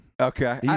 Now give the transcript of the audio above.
Okay